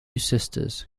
sisters